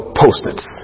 post-its